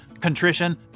contrition